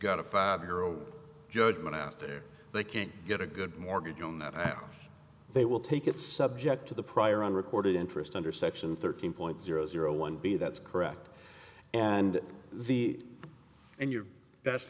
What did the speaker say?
got a five year old judgement out there they can't get a good mortgage on that they will take it subject to the prior unrecorded interest under section thirteen point zero zero one b that's correct and the and your best